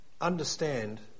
understand